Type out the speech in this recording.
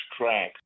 track